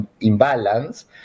imbalance